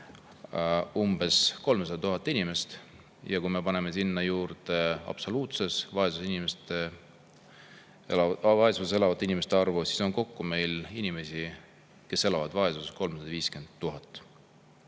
umbes 300 000 inimest ja kui me paneme sinna juurde absoluutses vaesuses elavate inimeste arvu, siis on meil kokku inimesi, kes elavad vaesuses, 350 000.